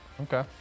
Okay